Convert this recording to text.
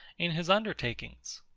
in his undertakings.